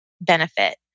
benefit